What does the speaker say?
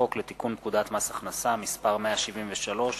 חוק לתיקון פקודת מס הכנסה (מס' 173),